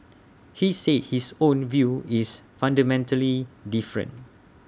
he said his own view is fundamentally different